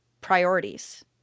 priorities